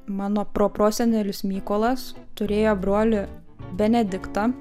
mano proprosenelis mykolas turėjo brolį benediktą